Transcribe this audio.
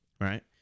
Right